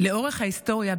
"לאורך ההיסטוריה,